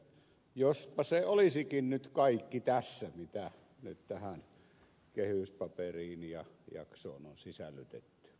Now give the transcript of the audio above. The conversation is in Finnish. jospa olisikin nyt kaikki tässä mitä tähän kehyspaperiin ja jaksoon on sisällytetty